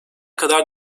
kadar